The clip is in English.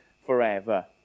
forever